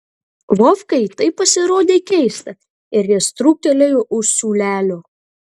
vovkai tai pasirodė keista ir jis trūktelėjo už siūlelio